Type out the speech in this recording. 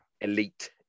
elite